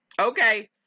okay